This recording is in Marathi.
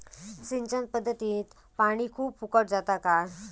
सिंचन पध्दतीत पानी खूप फुकट जाता काय?